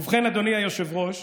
ובכן, אדוני היושב-ראש,